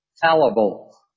fallible